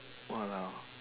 !walao!